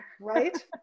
Right